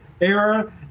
era